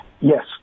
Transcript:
Yes